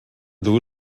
duu